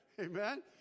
Amen